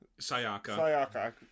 Sayaka